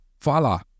Voila